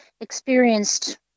experienced